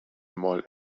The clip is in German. moll